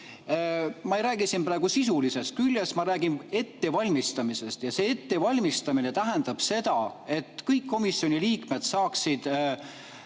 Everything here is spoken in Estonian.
Ma ei räägi siin praegu sisulisest küljest, ma räägin ettevalmistamisest. Ja see ettevalmistamine tähendab seda, et kõik komisjoni liikmed peaksid